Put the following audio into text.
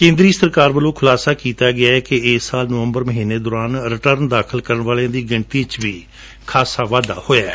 ਕੇਂਦਰੀ ਸਰਕਾਰ ਵਲੋਂ ਖੁਲਾਸਾ ਕੀਤਾ ਗਿਐ ਕਿ ਇਸ ਸਾਲ ਨਵੰਬਰ ਮਹੀਨੇ ਦੌਰਾ ਰਿਟਰਨ ਦਾਖਲ ਕਰਨ ਵਾਲਿਆਂ ਦੀ ਗਿਣਤੀ ਵਿਚ ਵੀ ਖਾਸਾ ਵਾਧਾ ਹੋਇਐ